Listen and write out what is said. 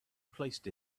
placed